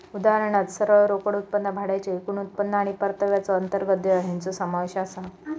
उदाहरणात सरळ रोकड उत्पन्न, भाड्याचा एकूण उत्पन्न आणि परताव्याचो अंतर्गत दर हेंचो समावेश आसा